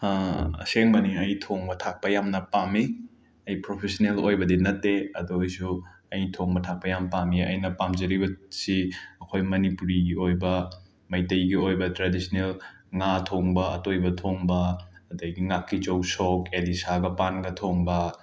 ꯑꯁꯦꯡꯕꯅꯤ ꯑꯩ ꯊꯣꯡꯕ ꯊꯥꯛꯄ ꯌꯥꯝꯅ ꯄꯥꯝꯃꯤ ꯑꯩ ꯄ꯭ꯔꯣꯐꯦꯁꯅꯦꯜ ꯑꯣꯏꯕꯗꯤ ꯅꯠꯇꯦ ꯑꯗꯣꯏꯁꯨ ꯑꯩ ꯊꯣꯡꯕ ꯊꯥꯛꯄ ꯌꯥꯝꯅ ꯄꯥꯝꯃꯤ ꯑꯩꯅ ꯄꯥꯝꯖꯔꯤꯕꯁꯤ ꯑꯈꯣꯏ ꯃꯅꯤꯄꯨꯔꯤꯒꯤ ꯑꯣꯏꯕ ꯃꯩꯇꯩꯒꯤ ꯑꯣꯏꯕ ꯇ꯭ꯔꯦꯗꯤꯁꯅꯦꯜ ꯉꯥ ꯊꯣꯡꯕ ꯑꯇꯣꯏꯕ ꯊꯣꯡꯕ ꯑꯗꯒꯤ ꯉꯥꯀꯤꯆꯩ ꯁꯣꯛ ꯑꯦꯂꯤꯁꯥꯒ ꯄꯥꯟꯒ ꯊꯣꯡꯕ